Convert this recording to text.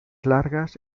largas